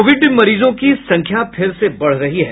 Covid मरीजों की संख्या फिर से बढ़ रही है